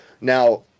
Now